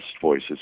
voices